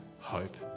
hope